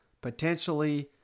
potentially